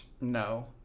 No